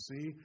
see